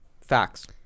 Facts